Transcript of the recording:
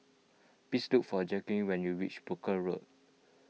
please look for Jacqulyn when you reach Brooke Road